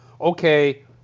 Okay